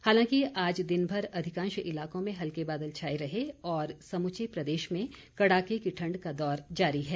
हालांकि आज दिनभर अधिकांश इलाकों में हल्के बादल छाए रहे और समूचे प्रदेश में कड़ाके की ठण्ड का दौर जारी है